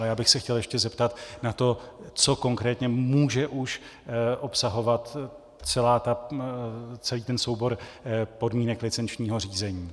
Já bych se chtěl ještě zeptat na to, co konkrétně může už obsahovat celý ten soubor podmínek licenčního řízení.